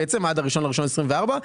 עד ה-1.1.24,